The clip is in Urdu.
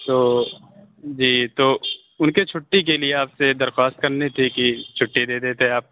تو جی تو اُن کے چُھٹی کے لیے آپ سے درخواست کرنی تھی کہ چُھٹی دے دیتے آپ